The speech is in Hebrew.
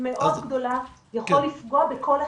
מאוד גדולה יכול לפגוע בכל אחד.